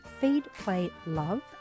feedplaylove